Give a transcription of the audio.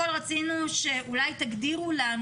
את הכניסה עצמה, אלא ממש על הדברים שנכתבו פה.